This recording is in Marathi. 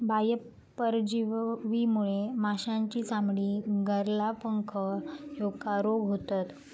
बाह्य परजीवीमुळे माशांची चामडी, गरला, पंख ह्येका रोग होतत